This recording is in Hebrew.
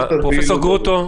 הפעילות.